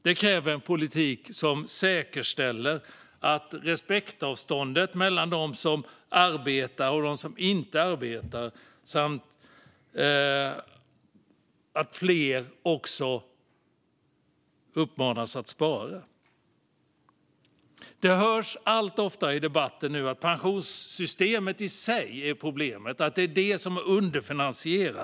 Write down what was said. Det kräver en politik som säkerställer ett respektavstånd mellan dem som arbetar och dem som inte arbetar samt att fler uppmuntras att spara. Det hörs allt oftare i debatten att pensionssystemet i sig är problemet och att det är underfinansierat.